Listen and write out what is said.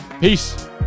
Peace